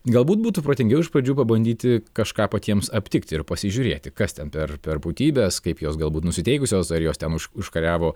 galbūt būtų protingiau iš pradžių pabandyti kažką patiems aptikti ir pasižiūrėti kas ten per per būtybės kaip jos galbūt nusiteikusios ar jos ten užkariavo